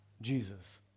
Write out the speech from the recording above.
Jesus